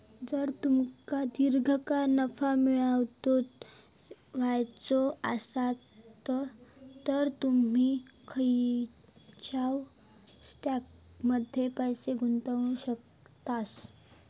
जर तुमका दीर्घकाळ नफो मिळवायचो आसात तर तुम्ही खंयच्याव स्टॉकमध्ये पैसे गुंतवू शकतास